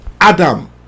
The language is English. Adam